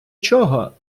чого